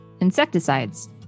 insecticides